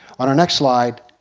on our next slide,